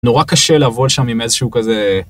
נורא קשה לעבוד שם עם איזשהו כזה...